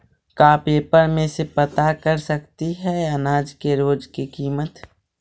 का पेपर में से पता कर सकती है अनाज के रोज के किमत?